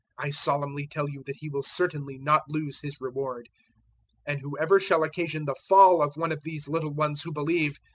i solemnly tell you that he will certainly not lose his reward and whoever shall occasion the fall of one of these little ones who believe,